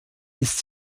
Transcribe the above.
ist